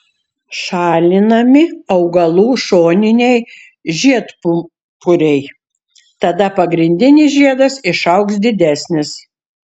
šalinami augalų šoniniai žiedpumpuriai tada pagrindinis žiedas išaugs didesnis